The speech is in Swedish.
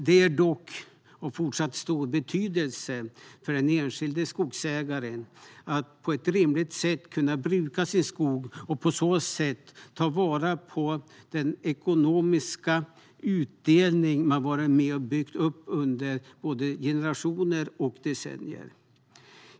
Det är dock av fortsatt stor betydelse för den enskilde skogsägaren att på ett rimligt sätt kunna bruka sin skog och på så sätt ta vara på den ekonomiska utdelning man har varit med och byggt upp under både generationer och decennier.